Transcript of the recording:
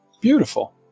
beautiful